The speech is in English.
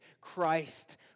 Christ